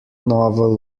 novel